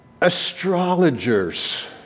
astrologers